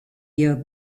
year